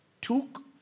took